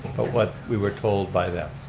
but what we were told by them.